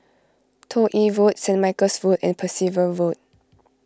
Toh Yi Road Saint Michael's Road and Percival Road